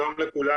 שלום לכולם.